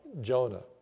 Jonah